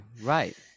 right